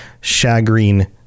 shagreen